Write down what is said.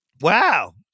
wow